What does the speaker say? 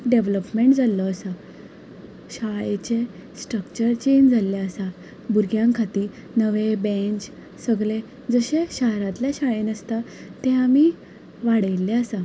खूब डेविलोपमेंट जाल्लो आसा शाळेचें स्ट्रक्चर चेंज जाल्लें आसा भुरग्यां खातीर नवे बेंच सगलें जशें शारांतल्या शाळेन आसता तें आमी वाडयल्लें आसा